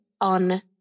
on